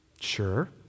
Sure